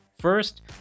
First